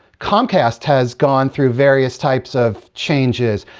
comcast has gone through various types of changes.